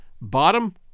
Bottom